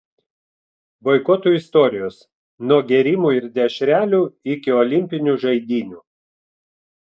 boikotų istorijos nuo gėrimų ir dešrelių iki olimpinių žaidynių